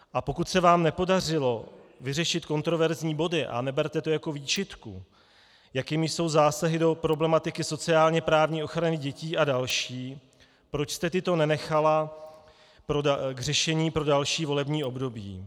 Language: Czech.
A pokud se vám nepodařilo vyřešit kontroverzní body a neberte to jako výčitku jakými jsou zásahy do problematiky sociálněprávní ochrany dětí a další, proč jste tyto nenechala k řešení pro další volební období.